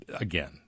Again